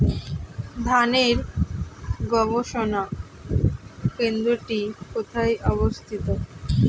ধানের গবষণা কেন্দ্রটি কোথায় অবস্থিত?